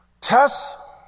Tests